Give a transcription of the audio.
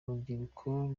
urubyiruko